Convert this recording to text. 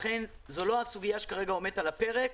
לכן זה לא הסוגיה שכרגע עומדת על הפרק.